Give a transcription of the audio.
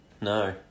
No